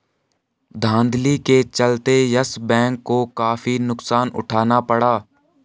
धांधली के चलते यस बैंक को काफी नुकसान उठाना पड़ा